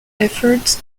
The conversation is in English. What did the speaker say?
effort